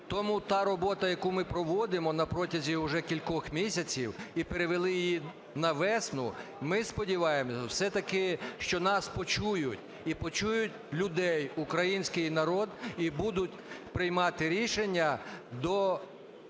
Тому та робота, яку ми проводимо протягом вже кількох місяців і перевели її на весну, ми сподіваємося, що все-таки нас почують і почують людей, український народ і будуть приймати рішення